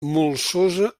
molsosa